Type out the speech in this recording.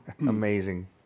Amazing